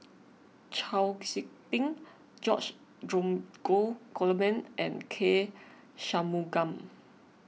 Chau Sik Ting George Dromgold Coleman and K Shanmugam